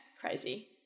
Crazy